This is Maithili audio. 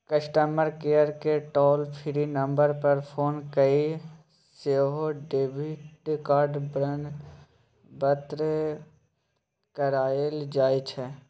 कस्टमर केयरकेँ टॉल फ्री नंबर पर फोन कए सेहो डेबिट कार्ड बन्न कराएल जाइ छै